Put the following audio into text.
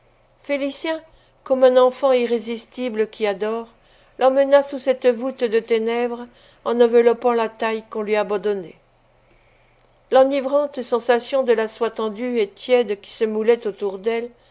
félicien comme un enfant irrésistible qui adore l'emmena sous cette voûte de ténèbres en enveloppant la taille qu'on lui abandonnait l'enivrante sensation de la soie tendue et tiède qui se moulait autour d'elle